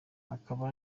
akaba